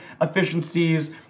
efficiencies